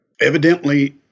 Evidently